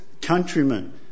countrymen